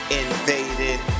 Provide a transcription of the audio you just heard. invaded